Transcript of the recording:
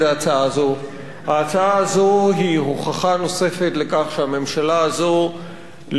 ההצעה הזאת היא הוכחה נוספת לכך שהממשלה הזאת לא הקשיבה,